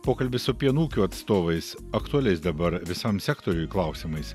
pokalbis su pienų ūkių atstovais aktualiais dabar visam sektoriui klausimais